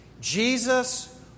Jesus